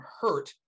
hurt